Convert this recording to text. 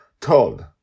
told